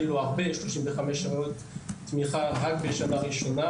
35 שעות תמיכה בשנה הראשונה